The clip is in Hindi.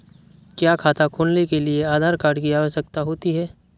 क्या खाता खोलने के लिए आधार कार्ड की आवश्यकता होती है?